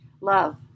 Love